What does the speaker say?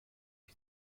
die